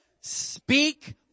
Speak